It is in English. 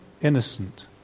innocent